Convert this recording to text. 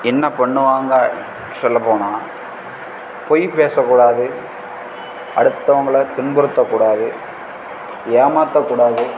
என்ன பண்ணுவாங்க சொல்லப்போனால் பொய் பேசக்கூடாது அடுத்தவங்களை துன்புறுத்தக்கூடாது ஏமாற்றக்கூடாது